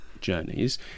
journeys